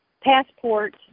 passport